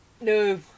No